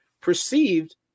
perceived